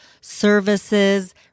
services